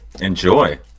Enjoy